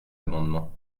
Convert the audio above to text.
amendement